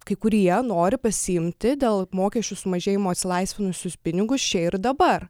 kai kurie nori pasiimti dėl mokesčių sumažėjimo atsilaisvinusius pinigus čia ir dabar